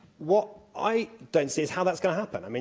what i don't see is how that's going to happen. i mean